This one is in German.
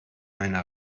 meine